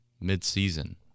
mid-season